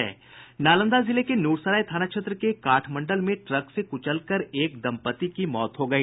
नालंदा जिले में नूरसराय थाना क्षेत्र के काठ मंडल में ट्रक से कुचलकर एक दंपति की मौत हो गई